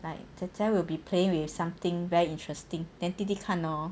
like 姐姐 will be playing with something very interesting then 弟弟看 lor